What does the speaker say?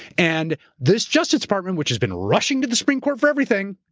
and this justice department, which has been rushing to the supreme court for everything,